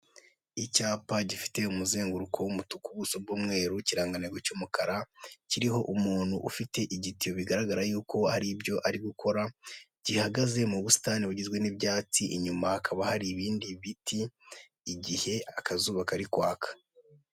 Icyapa gifite umuzenguruko w'umutuku ubuso bw'umweru, ikiranganarwa cy'umukara kiriho umuntu ufite igitiyo, bigaragara y'uko hari ibyo ari gukora, gihagaze mu busitani bugizwe n'ibyatsi inyuma hakaba hari ibindi biti igihe akazuba kari kwaka.